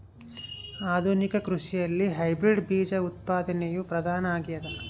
ಆಧುನಿಕ ಕೃಷಿಯಲ್ಲಿ ಹೈಬ್ರಿಡ್ ಬೇಜ ಉತ್ಪಾದನೆಯು ಪ್ರಧಾನ ಆಗ್ಯದ